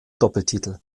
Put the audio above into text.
doppeltitel